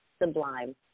sublime